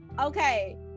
Okay